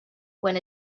when